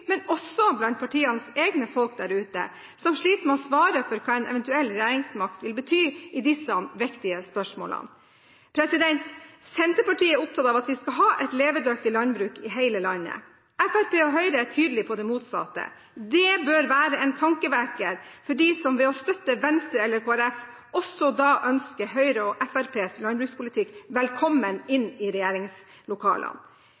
blant partienes egne folk der ute, som sliter med å svare på hva en eventuell regjeringsmakt vil bety i disse viktige spørsmålene. Senterpartiet er opptatt av at vi skal ha et levedyktig landbruk i hele landet. Fremskrittspartiet og Høyre er tydelige på det motsatte. Det bør være en tankevekker for dem som ved å støtte Venstre eller Kristelig Folkeparti, også ønsker Høyre og Fremskrittspartiets landbrukspolitikk velkommen